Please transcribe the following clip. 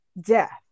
death